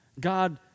God